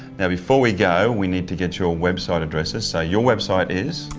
now before we go we need to get your website addresses. so your website is?